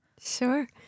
Sure